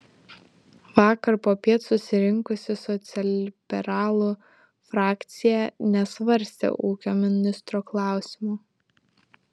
vakar popiet susirinkusi socialliberalų frakcija nesvarstė ūkio ministro klausimo